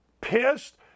pissed